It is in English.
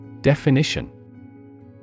Definition